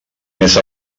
més